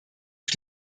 auf